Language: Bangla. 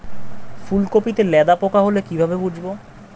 ফুলকপিতে লেদা পোকা হলে কি ভাবে বুঝবো?